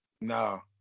No